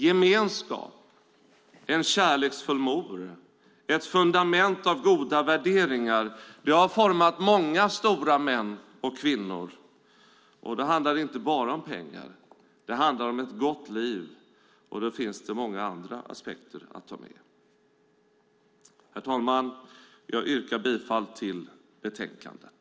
Gemenskap, en kärleksfull mor och ett fundament av goda värderingar har format många stora män och kvinnor. Det handlar inte bara om pengar. Det handlar om ett gott liv, och då finns det många andra aspekter att ta med. Herr talman! Jag yrkar bifall till förslaget i betänkandet.